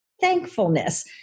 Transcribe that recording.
thankfulness